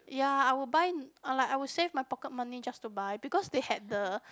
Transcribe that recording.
ya I would buy unlike I would save my pocket money just to buy because they had the